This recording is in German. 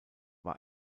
war